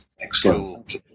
Excellent